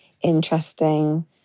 interesting